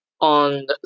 on